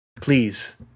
Please